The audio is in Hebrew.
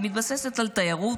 שמתבססת על תיירות,